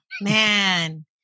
man